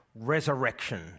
Resurrection